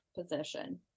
position